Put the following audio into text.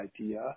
idea